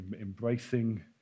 embracing